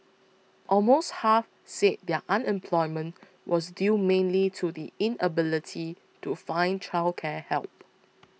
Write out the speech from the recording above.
almost half said their unemployment was due mainly to the inability to find childcare help